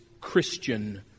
Christian